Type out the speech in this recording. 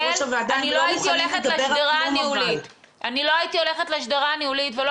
אני לא הייתי הולכת לשדרה הניהולית ולא